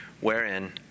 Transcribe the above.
wherein